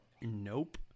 Nope